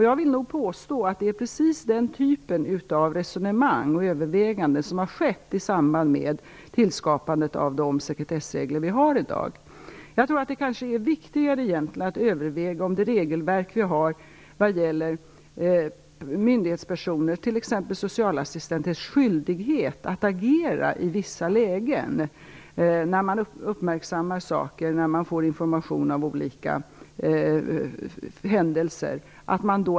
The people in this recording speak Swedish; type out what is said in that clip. Jag vill nog påstå att det är precis den typen av resonemang och överväganden som har skett i samband med tillskapandet av de sekretessregler som vi har i dag. Jag tror att det kanske egentligen är viktigare att överväga om det regelverk som vi har när det gäller myndighetspersoner fungerar, t.ex. socialassistenters skyldighet att agera i vissa lägen när de uppmärksammar saker och när de får information om olika händelser.